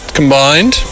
combined